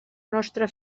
nostra